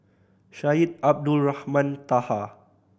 Syed Abdulrahman Taha